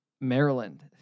Maryland